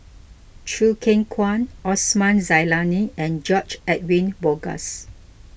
Choo Keng Kwang Osman Zailani and George Edwin Bogaars